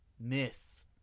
miss